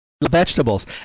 vegetables